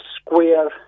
square